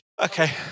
okay